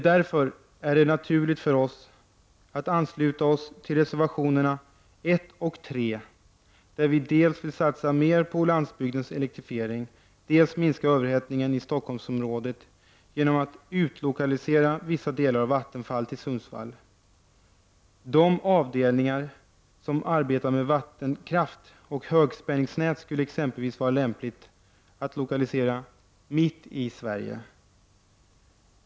Därför är det naturligt för oss att ansluta oss till reservationerna 1 och 3, där vi dels vill satsa mer på landsbygdens elektrifiering, dels minska överhettningen i Stockholmsområdet genom att utlokalisera vissa delar av Vattenfall till Sundsvall. De avdelningar som arbetar med vattenkraft och högspänningsnät skulle det exempelvis vara lämpligt att lokalisera ”mitt i Sverige”.